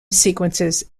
sequences